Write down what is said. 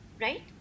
right